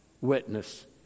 witness